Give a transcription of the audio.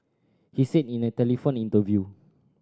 he said in a telephone interview